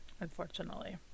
unfortunately